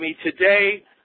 Today